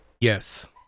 Yes